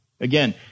Again